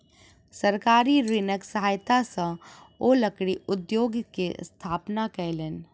सरकारी ऋणक सहायता सॅ ओ लकड़ी उद्योग के स्थापना कयलैन